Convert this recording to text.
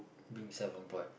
being self-employed